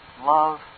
love